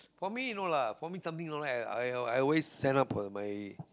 for me no lah for me something you know ah I'll I'll always stand up for my